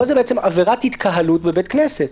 פה זה עבירת התקהלות בבית כנסת.